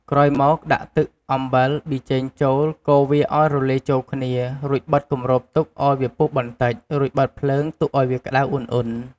ក្រោយមកដាក់ទឹក អំបិល ប៊ីចេងចូលកូរវាឱ្យរលាយចូលគ្នា រួចបិទគម្របទុកឱ្យវាពុះបន្តិច រួចបិទភ្លើងទុកឱ្យវាក្តៅអ៊ុនៗ។